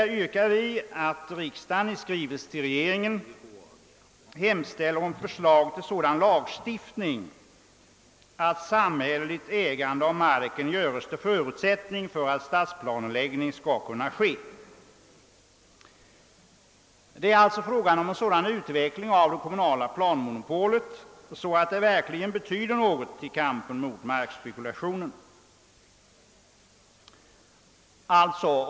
Vi yrkade i de motionerna »att riksdagen måtte i skrivelse till Kungl. Maj:t hemställa om förslag till sådan lagstiftning att samhälleligt ägande av marken göres till förutsättning för att stadsplaneläggning av densamma skall kunna ske». Det är alltså fråga om en sådan utveckling av det kommunala planmonopolet, att det verkligen betyder något i kampen mot markspekulationen.